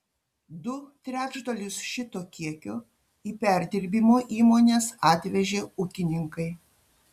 du trečdalius šito kiekio į perdirbimo įmones atvežė ūkininkai